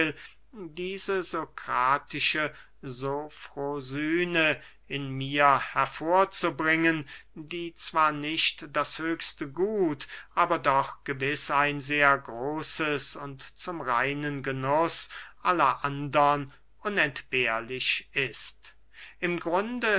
diese sokratische sofrosyne in mir hervorzubringen die zwar nicht das höchste gut aber doch gewiß ein sehr großes und zum reinen genuß aller andern unentbehrlich ist im grunde